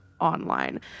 online